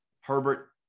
Herbert